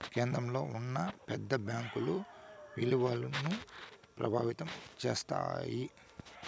కేంద్రంలో ఉన్న పెద్ద బ్యాంకుల ఇలువను ప్రభావితం చేస్తాయి